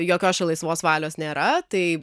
jokios čia laisvos valios nėra tai